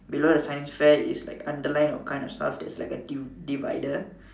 below the science fair is like under kind of stuff there's like a divider